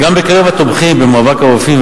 גם בקרב התומכים במאבק הרופאים,